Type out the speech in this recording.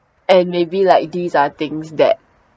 and maybe like these are things that